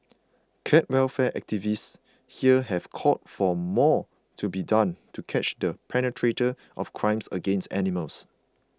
cat welfare activists here have called for more to be done to catch the perpetrators of crimes against animals